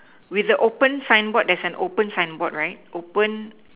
with the open sign board there's an open signboard right open